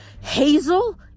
hazel